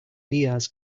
diaz